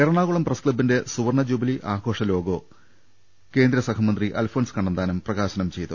Ernakulam press ക്ലബ്ബിന്റെ സുവർണ jubilee ആഘോഷ ലോഗോ കേന്ദ്രസഹമന്ത്രി അൽഫോൺസ് കണ്ണന്താനം പ്രകാശനം ചെയ്തു